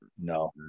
No